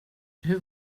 hur